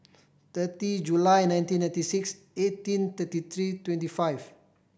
thirty July nineteen ninety six eighteen thirty three twenty five